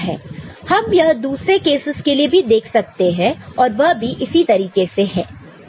हम यह दूसरे केसस के लिए भी देख सकते हैं और वह इसी तरीके से है